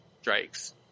strikes